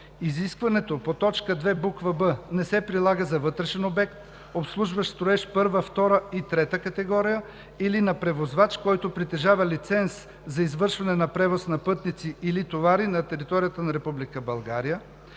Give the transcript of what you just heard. изискването по т. 2, буква „б“ не се прилага за вътрешен обект, обслужващ строеж първа, втора и трета категория, или на превозвач, който притежава лиценз за извършване на превоз на пътници или товари на територията на